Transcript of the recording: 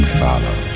follow